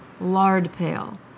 lard-pail